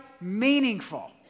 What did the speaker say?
meaningful